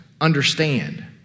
understand